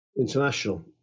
international